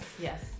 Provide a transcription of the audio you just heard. Yes